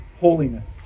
holiness